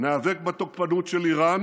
ניאבק בתוקפנות של איראן